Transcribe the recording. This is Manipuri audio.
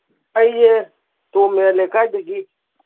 ꯑꯩꯁꯦ ꯇꯣꯞ ꯃꯌꯥꯏ ꯂꯩꯀꯥꯏꯗꯒꯤ